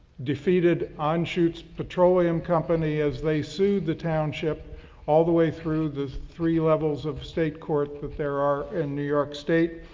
defeated on shoots petroleum company as they sued the township all the way through the three levels of state court that there are in new york state.